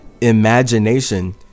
imagination